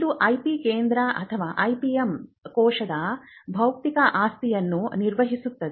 ಇದು IP ಕೇಂದ್ರ ಅಥವಾ IPM ಕೋಶದ ಬೌದ್ಧಿಕ ಆಸ್ತಿಯನ್ನು ನಿರ್ವಹಿಸುತ್ತದೆ